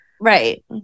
Right